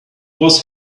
was